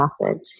message